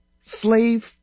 slave